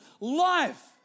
life